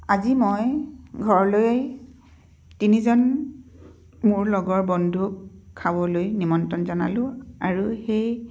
আজি মই ঘৰলৈ তিনিজন মোৰ লগৰ বন্ধুক খাবলৈ নিমন্ত্ৰণ জনালোঁ আৰু সেই